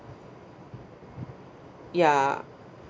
ya